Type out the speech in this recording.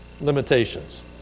limitations